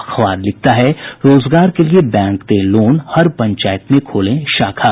अखबार लिखता है रोजगार के लिए बैंक दे लोन हर पंचायत में खोले शाखा